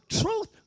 truth